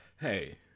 Hey